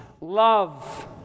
love